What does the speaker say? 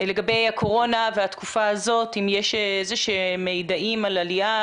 לגבי הקורונה והתקופה הזאת אם יש מידעים על עליה,